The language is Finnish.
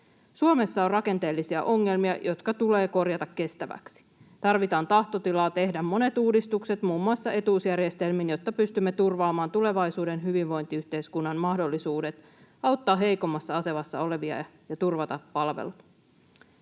Suomessa on rakenteellisia ongelmia, jotka tulee korjata kestäviksi. Tarvitaan tahtotilaa tehdä monet uudistukset muun muassa etuusjärjestelmiin, jotta pystymme turvaamaan tulevaisuuden hyvinvointiyhteiskunnan mahdollisuudet auttaa heikommassa asemassa olevia ja turvata palvelut.